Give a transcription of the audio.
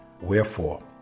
wherefore